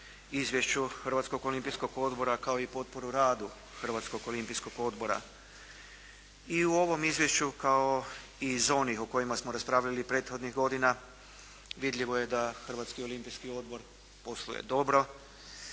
izvješću Hrvatskog olimpijskog odbora kao i potporu radu Hrvatskog olimpijskog odbora. I u ovom izvješću kao i za onih o kojima smo raspravljali prethodnih godina, vidljivo je da Hrvatski olimpijski odbor posluje dobro,